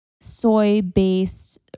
soy-based